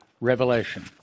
Revelation